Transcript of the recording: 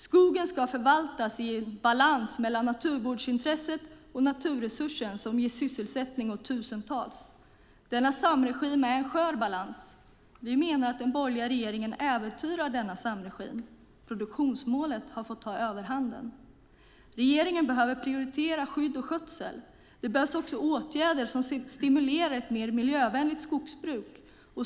Skogen ska förvaltas i balans mellan naturvårdsintresset och naturresursen, som ger sysselsättning åt tusentals. Denna samregim är en skör balans. Vi menar att den borgerliga regeringen äventyrar denna samregim. Produktionsmålet har fått ta överhanden. Regeringen behöver prioritera skydd och skötsel. Det behövs också åtgärder som stimulerar till ett mer miljövänligt skogsbruk.